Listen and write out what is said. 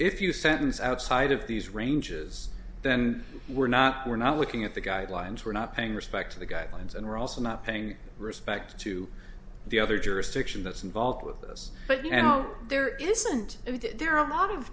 if you sentence outside of these ranges then we're not we're not looking at the guidelines we're not paying respect to the guidelines and we're also not paying respect to the other jurisdiction that's involved with this but you know there isn't anything there are a lot of